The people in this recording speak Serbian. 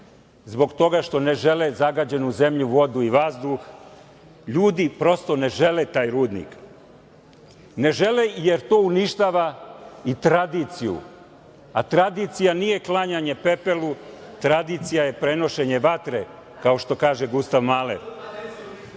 zbog toga što ne žele zagađenu zemlju, vodu i vazduh. Ljudi prosto ne žele taj rudnik. Ne žele jer to uništava i tradiciju, a tradicija nije klanjanje pepelu, tradicija je prenošenje vatre, kao što kaže Gustav Maler. Veliko